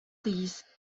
these